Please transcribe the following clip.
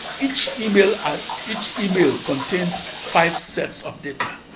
each email and each email contained five sets of data.